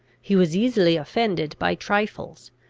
he was easily offended by trifles,